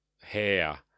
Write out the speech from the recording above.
hair